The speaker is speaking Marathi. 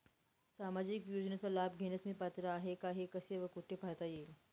सामाजिक योजनेचा लाभ घेण्यास मी पात्र आहे का हे कसे व कुठे पाहता येईल?